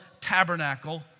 tabernacle